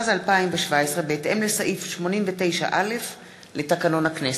2017. הודעה למזכירת הכנסת.